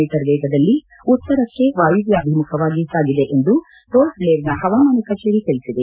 me ವೇಗದಲ್ಲಿ ಉತ್ತರಕ್ಕೆ ವಾಯವ್ಯಾಭಿಮುಖವಾಗಿ ಸಾಗಿದೆ ಎಂದು ಮೊರ್ಟ್ ಜ್ಲೇರ್ನ ಹವಾಮಾನ ಕಛೇರಿ ತಿಳಿಸಿದೆ